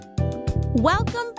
Welcome